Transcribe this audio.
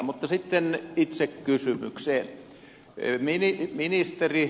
mutta sitten itse kysymykseen